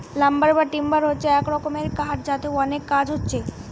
lumber বা timber হচ্ছে এক রকমের কাঠ যাতে অনেক কাজ হচ্ছে